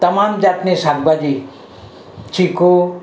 તમામ જાતની શાકભાજી ચીકુ